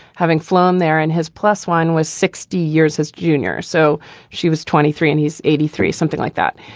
having flown there and has plus one was sixty years his junior. so she was twenty three and he's eighty three, something like that.